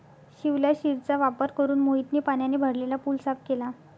शिवलाशिरचा वापर करून मोहितने पाण्याने भरलेला पूल साफ केला